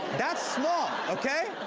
that's small, okay?